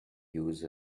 use